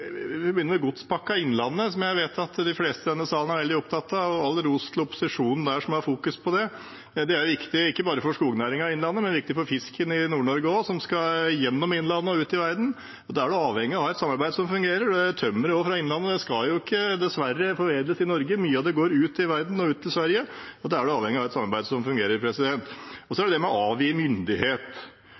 Innlandet, som jeg vet at de fleste i denne salen er veldig opptatt av, og all ros til opposisjonen som fokuserer på det. Det er viktig ikke bare for skognæringen i Innlandet, men også for fisken i Nord-Norge, som skal gjennom Innlandet og ut i verden. Da er man avhengig av å ha et samarbeid som fungerer. Og tømmeret fra Innlandet skal dessverre ikke foredles i Norge. Mye av det går ut i verden og til Sverige, og da er man avhengig av å ha et